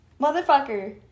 Motherfucker